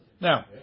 Now